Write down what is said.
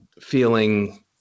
feeling